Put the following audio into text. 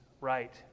right